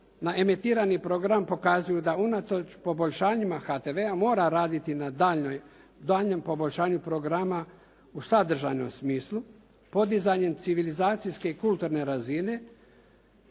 na emitirani program pokazuju da unatoč poboljšanjima HTV-a mora raditi na daljnjoj, daljnjem poboljšanju programa u sadržajnoj smislu podizanjem civilizacijske i kulturne razine